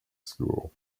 school